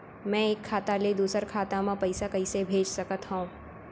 मैं एक खाता ले दूसर खाता मा पइसा कइसे भेज सकत हओं?